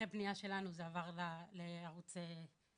אחרי הפנייה שלנו זה עבר לערוץ התאגיד,